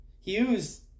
Hughes